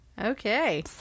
Okay